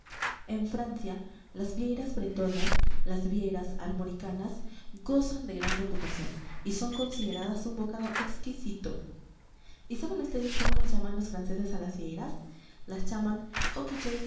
en francia las vieiras bretonas las vieiras armoricanas gozan de gran reputación y son consideradas un bocado exquisito y saben ustedes cómo las llaman los franceses a las vieiras las llaman